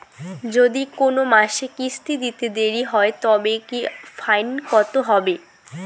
যদি কোন মাসে কিস্তি দিতে দেরি হয় তবে কি ফাইন কতহবে?